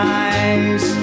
eyes